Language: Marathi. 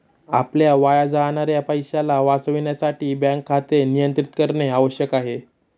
आपल्या वाया जाणाऱ्या पैशाला वाचविण्यासाठी बँक खाते नियंत्रित करणे आवश्यक आहे